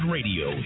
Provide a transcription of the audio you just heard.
Radio